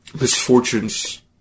misfortunes